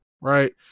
Right